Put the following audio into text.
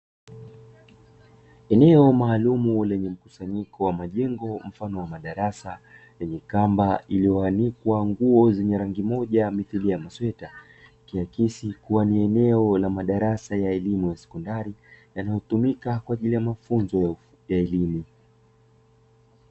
Eneo maalumu lenye mkusanyiko wa majengo mfano wa madarasa lenye kamba iliyoanikwa nguo zenye rangi moja mithili ya masweta, ikiakisi kuwa ni eneo la madara ya elimu ya sekondari yanayotumika kwa ajili ya mafunzo ya elimu.